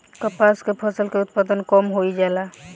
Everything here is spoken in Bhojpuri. कपास के फसल के उत्पादन कम होइ जाला?